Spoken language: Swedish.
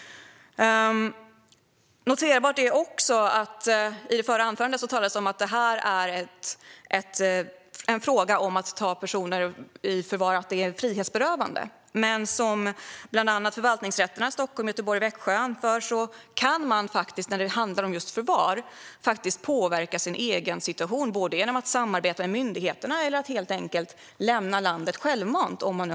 Jag noterar också att det i det förra anförandet talades om att frågan om att ta personer i förvar är en fråga om frihetsberövande. Men som bland annat förvaltningsrätterna i Stockholm, Göteborg och Växjö anför kan en person som har ett utvisnings eller avvisningsbeslut på sig faktiskt påverka sin egen situation när det handlar om förvar genom att samarbeta med myndigheterna eller helt enkelt lämna landet självmant.